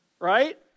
right